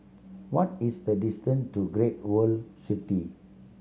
what is the distance to Great World City